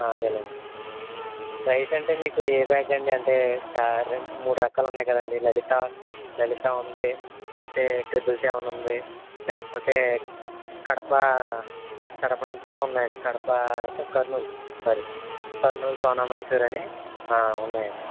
అదే లేండి ప్రైస్ అంటే మీకు ఏ బ్యాగ్ అండి అంటే చ రెండు మూడు రకాలు ఉన్నాయి కదండి లలిత లలిత ఉంది లేకపోతే ట్రిపుల్ సెవెన్ ఉంది లేకపోతే కడప కడప నుంచి కూడా ఉన్నాయండి కడప లేకపోతే కర్నూలు సారీ కర్నూలు సోనా మసూరి అని ఉన్నాయండి